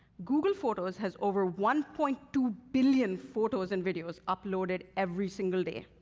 google photos has over one point two billion photos and videos uploaded every single day.